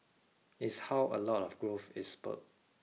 is how a lot of growth is spurred